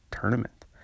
tournament